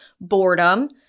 boredom